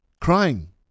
crying